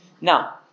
now